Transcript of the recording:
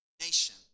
Nation